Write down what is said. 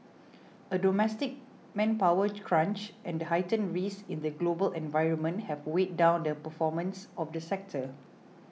a domestic manpower crunch and heightened risks in the global environment have weighed down the performance of the sector